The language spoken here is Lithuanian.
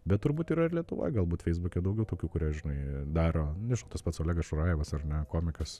bet turbūt yra ir lietuvoj galbūt feisbuke daugiau tokių kurie žinai daro nežinau tas pats olegas šurajevas ar ne komikas